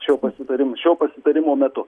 šio pasitarimo šio pasitarimo metu